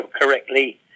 correctly